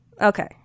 Okay